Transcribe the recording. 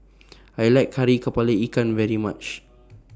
I like Kari Kepala Ikan very much